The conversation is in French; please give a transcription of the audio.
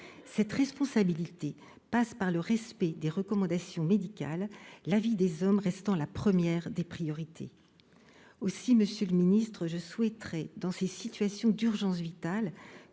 Cette responsabilité passe par le respect des recommandations médicales, la vie des hommes restant la première des priorités. Aussi, monsieur le ministre, je souhaite connaître les moyens que vous